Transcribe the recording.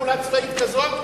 פעולה צבאית כזאת,